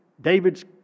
David's